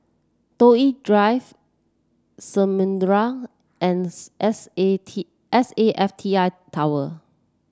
Toh Yi Drive Samudera and S A T S A F T I Tower